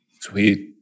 Sweet